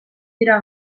dira